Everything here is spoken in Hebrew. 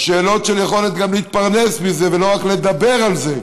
השאלות של היכולת גם להתפרנס מזה ולא רק לדבר על זה,